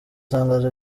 tangazo